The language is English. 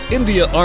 India